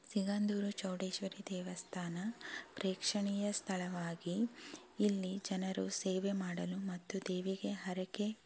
ಸಿಗಂದೂರು ಚೌಡೇಶ್ವರಿ ದೇವಸ್ಥಾನ ಪ್ರೇಕ್ಷಣೀಯ ಸ್ಥಳವಾಗಿ ಇಲ್ಲಿ ಜನರು ಸೇವೆ ಮಾಡಲು ಮತ್ತು ದೇವಿಗೆ ಹರಕೆ